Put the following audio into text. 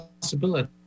possibility